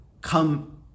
come